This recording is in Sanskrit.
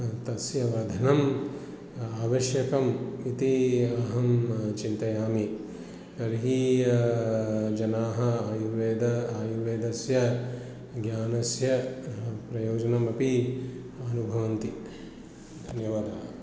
तस्य वर्धनम् आवश्यकम् इति अहं चिन्तयामि तर्हि जनाः आयुर्वेद आयुर्वेदस्य ज्ञानस्य प्रयोजनमपि अनुभवन्ति धन्यवादाः